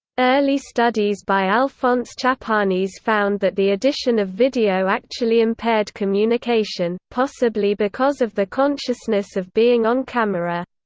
early studies by alphonse chapanis found that the addition of video actually impaired communication, possibly because of the consciousness of being on camera.